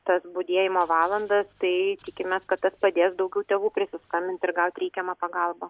tas budėjimo valandas tai tikimės kad tas padės daugiau tėvų prisiskambinti ir gauti reikiamą pagalbą